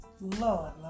Lord